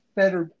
better